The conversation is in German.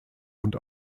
und